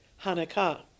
Hanukkah